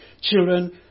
children